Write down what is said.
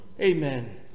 Amen